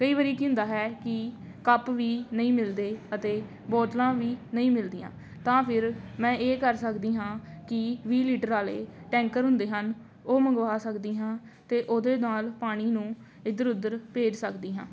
ਕਈ ਵਾਰੀ ਕੀ ਹੁੰਦਾ ਹੈ ਕਿ ਕੱਪ ਵੀ ਨਹੀਂ ਮਿਲਦੇ ਅਤੇ ਬੋਤਲਾਂ ਵੀ ਨਹੀਂ ਮਿਲਦੀਆਂ ਤਾਂ ਫਿਰ ਮੈਂ ਇਹ ਕਰ ਸਕਦੀ ਹਾਂ ਕਿ ਵੀਹ ਲੀਟਰ ਵਾਲੇ ਟੈਂਕਰ ਹੁੰਦੇ ਹਨ ਉਹ ਮੰਗਵਾ ਸਕਦੀ ਹਾਂ ਅਤੇ ਉਹਦੇ ਨਾਲ਼ ਪਾਣੀ ਨੂੰ ਇੱਧਰ ਉੱਧਰ ਭੇਜ ਸਕਦੀ ਹਾਂ